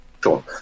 Sure